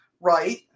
Right